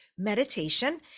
meditation